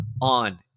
on